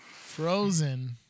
Frozen